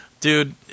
Dude